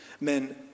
Men